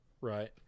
Right